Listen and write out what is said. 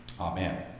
Amen